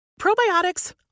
Probiotics